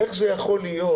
איך זה יכול להיות